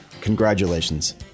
Congratulations